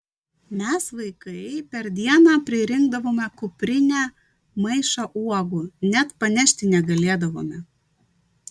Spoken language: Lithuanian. mes vaikai per dieną pririnkdavome kuprinę maišą uogų net panešti negalėdavome